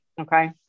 Okay